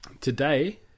today